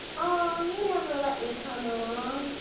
ah aw, you never let me come along.